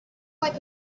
like